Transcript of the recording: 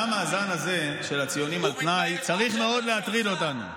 למה הזן הזה של הציונים על תנאי צריך מאוד להטריד אותנו?